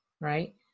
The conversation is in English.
right